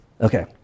Okay